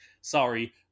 Sorry